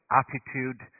attitude